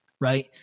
right